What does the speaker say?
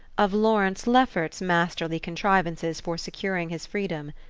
of lawrence lefferts's masterly contrivances for securing his freedom.